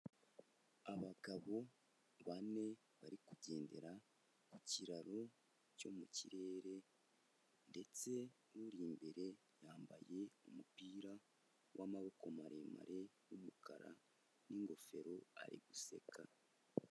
Abagabo bane bari kugendera ku kiraro cyo mu kirere ndetse uri imbere yambaye umupira w'amaboko maremare y'umukara n'ingofero, ari guseka.